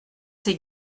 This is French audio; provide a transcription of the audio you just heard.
ses